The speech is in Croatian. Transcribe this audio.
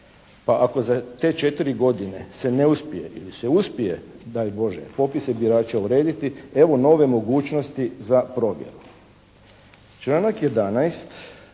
pa ako za te 4 godine se ne uspije ili se uspije, daj Bože, popisi birača urediti, evo nove mogućnosti za provjeru. Članak 11.